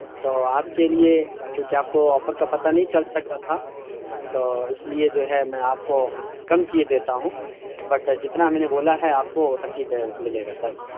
تو آپ کے لیے چونکہ آپ کو آفر کا پتا نہیں چل سکا تھا تو اس لیے جو ہے میں آپ کو کم کیے دیتا ہوں بٹ جتنا میں نے بولا ہے آپ کو اتنا ہی پہ ملے گا سر